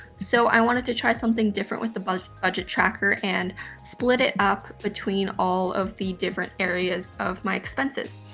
so i wanted to try something different with the budget budget tracker, and split it up between all of the different areas of my expenses.